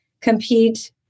compete